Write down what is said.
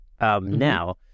now